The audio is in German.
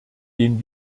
den